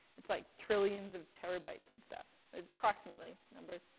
it's like trillions of terabytes and stuff. that's approximately. number.